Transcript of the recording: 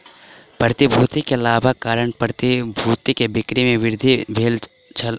प्रतिभूति में लाभक कारण प्रतिभूति के बिक्री में वृद्धि भेल अछि